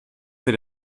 für